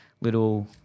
little